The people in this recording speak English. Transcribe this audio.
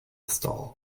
stall